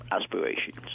aspirations